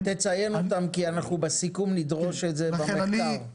תציין אותם כי בסיכום נדרוש את זה במחקר.